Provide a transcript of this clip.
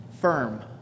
firm